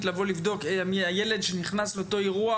לבוא לבדוק מי הילד שנכנס לאותו אירוע,